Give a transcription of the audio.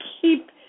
keep